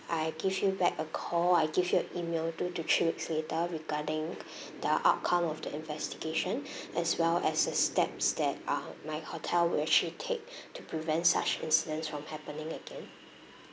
I give you back a call I give you an email two to three weeks later regarding the outcome of the investigation as well as the steps that ah my hotel will actually take to prevent such incidents from happening again